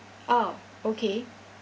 oh okay